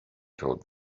told